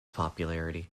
popularity